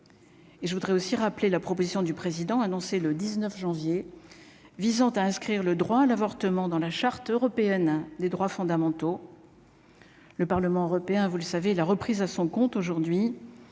je voudrais aussi rappeler la proposition du président, annoncé le 19 janvier visant à inscrire le droit à l'avortement dans la charte européenne des droits fondamentaux. Le Parlement européen, vous le savez la reprise à son compte aujourd'hui